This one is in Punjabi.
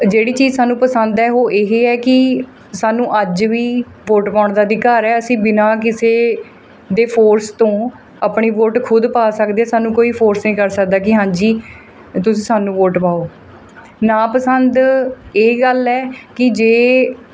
ਜਿਹੜੀ ਚੀਜ਼ ਸਾਨੂੰ ਪਸੰਦ ਹੈ ਉਹ ਇਹ ਹੈ ਕਿ ਸਾਨੂੰ ਅੱਜ ਵੀ ਵੋਟ ਪਾਉਣ ਦਾ ਅਧਿਕਾਰ ਹੈ ਅਸੀਂ ਬਿਨਾਂ ਕਿਸੇ ਦੇ ਫੋਰਸ ਤੋਂ ਆਪਣੀ ਵੋਟ ਖੁਦ ਪਾ ਸਕਦੇ ਹਾਂ ਸਾਨੂੰ ਕੋਈ ਫੋਰਸ ਨਹੀਂ ਕਰ ਸਕਦਾ ਕਿ ਹਾਂਜੀ ਤੁਸੀਂ ਸਾਨੂੰ ਵੋਟ ਪਾਓ ਨਾ ਪਸੰਦ ਇਹ ਗੱਲ ਹੈ ਕਿ ਜੇ